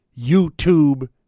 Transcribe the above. YouTube